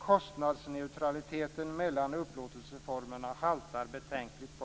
Kostnadsneutraliteten mellan upplåtelseformerna haltar betänkligt.